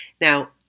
Now